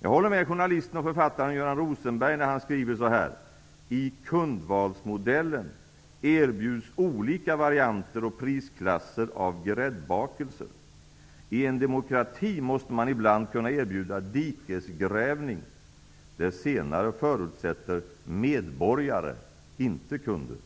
Jag håller med journalisten och författaren Göran Rosenberg när han skriver så här: ''I kundvalsmodellen utbjuds olika varianter och prisklasser av gräddbakelser. I en demokrati måste man ibland kunna utbjuda dikesgrävning. Det senare förutsätter medborgare, inte kunder''.